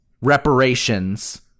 reparations